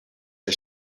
are